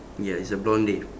ya he's a blondie